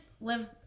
live